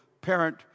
parent